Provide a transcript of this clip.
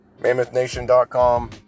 MammothNation.com